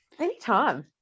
anytime